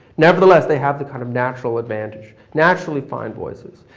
never the less they have the kind of natural advantage, naturally fine voices.